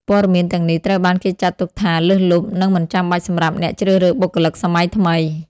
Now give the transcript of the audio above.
ព័ត៌មានទាំងនេះត្រូវបានគេចាត់ទុកថាលើសលប់ និងមិនចាំបាច់សម្រាប់អ្នកជ្រើសរើសបុគ្គលិកសម័យថ្មី។